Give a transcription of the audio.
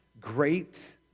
Great